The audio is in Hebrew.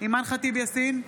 אימאן ח'טיב יאסין,